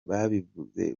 babivuze